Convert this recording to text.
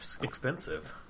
expensive